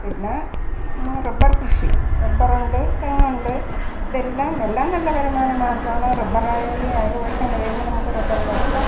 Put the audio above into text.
പിന്നെ റബ്ബർ കൃഷി റബ്ബറുണ്ട് തെങ്ങുണ്ട് ഇതെല്ലം എല്ലാം നല്ല വരുമാന മാർഗ്ഗമാണ് റബ്ബർ ആയാലും ഏഴ് വർഷം കഴിയുമ്പോൾ നമുക്ക് റബ്ബർ വെട്ടാം